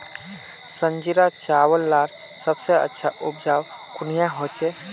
संजीरा चावल लार सबसे अच्छा उपजाऊ कुनियाँ होचए?